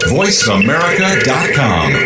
voiceamerica.com